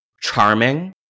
charming